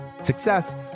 Success